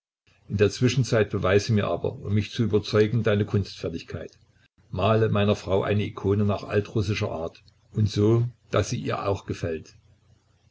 in der zwischenzeit beweise mir aber um mich zu überzeugen deine kunstfertigkeit male meiner frau eine ikone nach altrussischer art und so daß sie ihr auch gefällt